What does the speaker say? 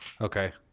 Okay